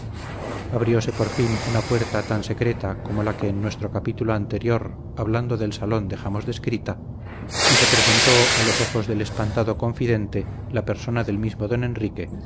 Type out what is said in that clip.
abrióse por fin una puerta tan secreta como la que en nuestro capítulo anterior hablando del salón dejamos descrita y se presentó a los ojos del espantado confidente la persona del mismo don enrique